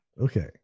Okay